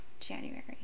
January